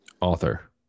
author